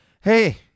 Hey